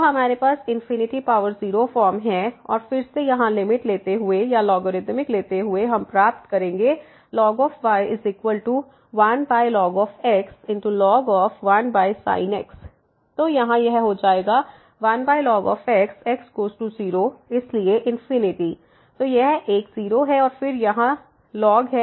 तो हमारे पास 0फॉर्म है और फिर से यहां लिमिट लेते हुए या लॉगरिदमिक लेते हुए हम प्राप्त करेंगे ln y 1ln x ln 1sin x तो यहाँ यह हो जाएगा 1ln x x goes to 0 है इसलिए तो यह एक 0 है और फिर यहाँ ln है